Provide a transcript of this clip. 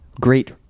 great –